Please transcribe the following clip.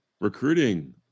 Recruiting